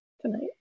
tonight